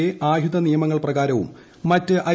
A ആയുധ നിയമങ്ങൾ പ്രകാരവും മറ്റ് ഐ